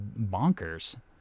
bonkers